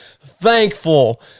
thankful